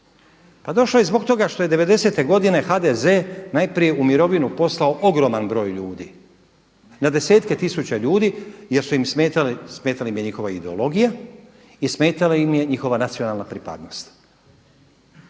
Pa došao je i zbog toga što je devedesete godine HDZ najprije u mirovinu poslao ogroman broj ljudi, na desetke tisuća ljudi jer su im smetali, smetala im je njihova ideologija i smetala im je njihova nacionalna pripadnost.